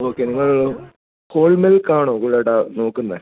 okay നിങ്ങൾ whole milk ആണോ കൂടുതലായിട്ട് നോക്കുന്നത്